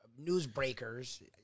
newsbreakers